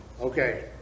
Okay